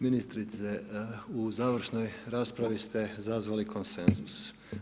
Ministrice, u završnoj raspravi ste zazvali konsenzus.